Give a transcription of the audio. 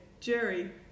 Jerry